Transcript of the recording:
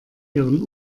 ihren